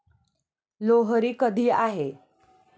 लोहरी कधी आहे?